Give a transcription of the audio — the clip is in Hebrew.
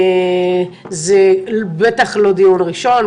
זה בטח לא דיון ראשון,